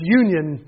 union